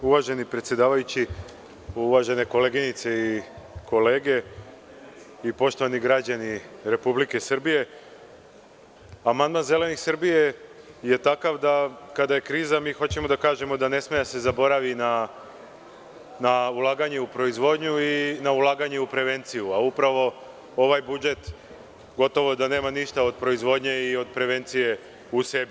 Uvaženi predsedavajući, uvažene koleginice i kolege, poštovani građani Republike Srbije, amandman Zelenih Srbije je takav da kada je kriza mi hoćemo da kažemo da ne sme da se zaboravi na ulaganje u proizvodnju i na ulaganje u prevenciju, a upravo ovaj budžet gotovo da nema ništa od proizvodnje i od prevencije u sebi.